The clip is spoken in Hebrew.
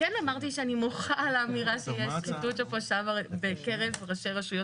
כן אמרתי שאני מוחה על האמירה שיש שחיתות בקרב ראשי רשויות